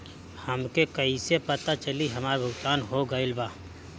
हमके कईसे पता चली हमार भुगतान हो गईल बा?